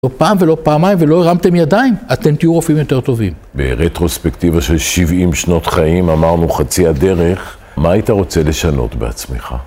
לא פעם ולא פעמיים, ולא הרמתם ידיים, אתם תהיו רופאים יותר טובים. ברטרוספקטיבה של 70 שנות חיים אמרנו חצי הדרך, מה היית רוצה לשנות בעצמך?